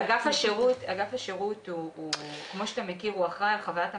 אגף השירות כמו שאתה מכיר הוא אחראי על חוויית המטופל.